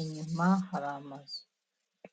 inyuma hari amazu.